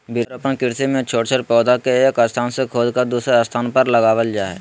वृक्षारोपण कृषि मे छोट छोट पौधा के एक स्थान से खोदकर दुसर स्थान पर लगावल जा हई